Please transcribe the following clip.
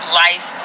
life